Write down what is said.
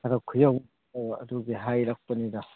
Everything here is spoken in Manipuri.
ꯈꯔ ꯈꯨꯌꯧꯅꯩ ꯑꯗꯨꯒꯤ ꯍꯥꯏꯔꯛꯄꯅꯤꯗ